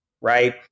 right